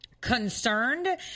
concerned